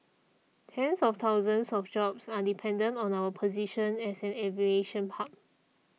tens of thousands of jobs are dependent on our position as an aviation hub